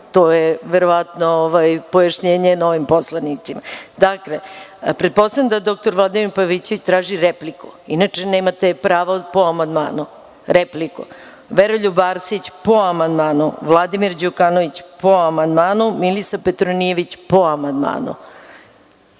To je verovatno pojašnjenje novim poslanicima. Pretpostavljam da dr Vladimir Pavićević traži repliku, inače nemate pravo po amandmanu, Veroljub Arsić po amandmanu, Vladimir Đukanović po amandmanu, Milisav Petronijević isto.